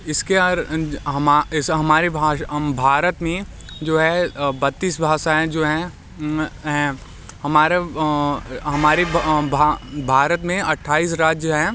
इसके अर हमा इसे हमारे भाष हम भारत में जो है बत्तीस भाषाएँ जो हैं हमारे हैं हमारे भारत में अट्ठाईस राज्य हैं